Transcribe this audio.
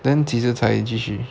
then 几时才继续